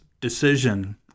decision